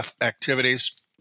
activities